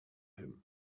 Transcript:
him